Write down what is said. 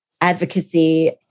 advocacy